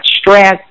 stress